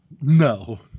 No